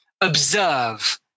observe